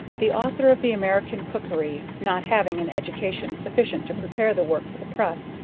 the author of the american cookery, not having an education sufficient to prepare the work for the press,